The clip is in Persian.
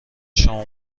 شما